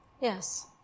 Yes